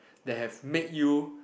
that have made you